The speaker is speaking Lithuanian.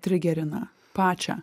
trigerina pačią